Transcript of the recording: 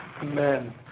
Amen